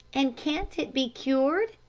and can't it be cured?